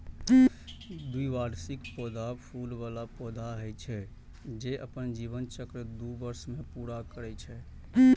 द्विवार्षिक पौधा फूल बला पौधा होइ छै, जे अपन जीवन चक्र दू वर्ष मे पूरा करै छै